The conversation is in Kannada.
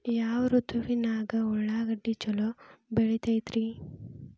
ಯಾವ ಋತುವಿನಾಗ ಉಳ್ಳಾಗಡ್ಡಿ ಛಲೋ ಬೆಳಿತೇತಿ ರೇ?